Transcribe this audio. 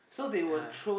(uh huh)